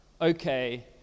okay